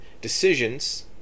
decisions